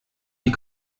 die